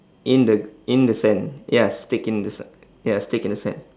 in the in the sand ya stick in the s~ ya stick in the sand